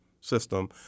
system